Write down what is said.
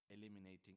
eliminating